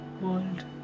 world